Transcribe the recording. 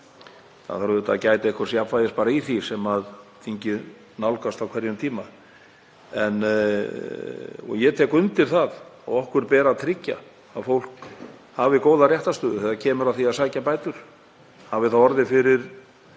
Það þarf auðvitað að gæta einhvers jafnvægis í því sem þingið nálgast á hverjum tíma. Ég tek undir það að okkur ber að tryggja að fólk hafi góða réttarstöðu þegar kemur að því að sækja bætur hafi það orðið fyrir